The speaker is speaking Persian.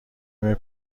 نیم